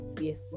yes